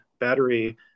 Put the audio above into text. battery